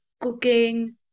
cooking